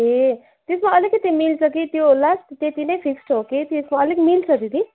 ए त्यसमा अलिकति मिल्छ कि त्यो लास्ट् त्यति नै फिक्स्ड हो कि त्यसमा अलिक मिल्छ दिदी